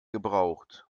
gebraucht